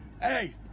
Hey